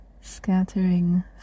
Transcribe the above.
scattering